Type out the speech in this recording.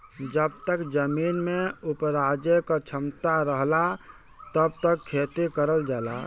जब तक जमीन में उपराजे क क्षमता रहला तब तक खेती करल जाला